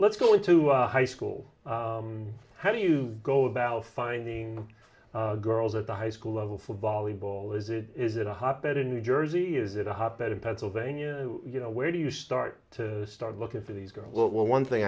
let's go into high school how do you go about finding girls at the high school level for volleyball is it is it a hotbed in new jersey is it a hotbed in pennsylvania you know where do you start to start looking for these